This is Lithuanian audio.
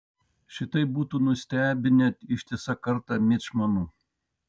šitai būtų nustebinę ištisą kartą mičmanų